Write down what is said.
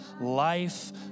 life